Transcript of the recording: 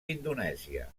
indonèsia